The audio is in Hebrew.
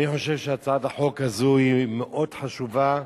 אני חושב שהצעת החוק הזאת היא מאוד חשובה,